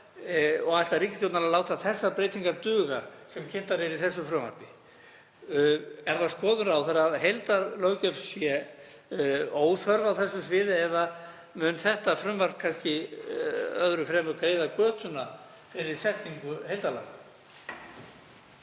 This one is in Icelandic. og ætlar ríkisstjórnin að láta þær breytingar duga sem kynntar eru í þessu frumvarpi? Er það skoðun ráðherra að heildarlöggjöf sé óþörf á þessu sviði eða mun þetta frumvarp kannski öðru fremur greiða götuna fyrir setningu heildarlaga?